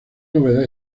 novedad